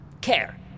care